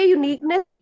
uniqueness